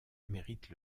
mérite